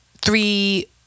three